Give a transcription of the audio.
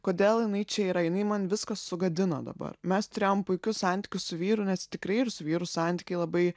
kodėl jinai čia yra jinai man viską sugadino dabar mes turėjom puikius santykius su vyru nes tikrai ir su vyru santykiai labai